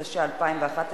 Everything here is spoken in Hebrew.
התשע"א 2011,